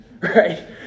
Right